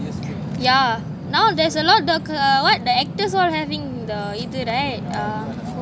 yeah now there's a lot the actors all having the right